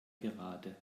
gerade